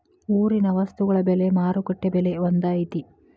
ಊರಿನ ವಸ್ತುಗಳ ಬೆಲೆ ಮಾರುಕಟ್ಟೆ ಬೆಲೆ ಒಂದ್ ಐತಿ?